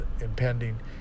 impending